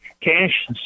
cash